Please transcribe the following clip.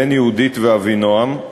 בן יהודית ואבינעם,